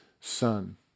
son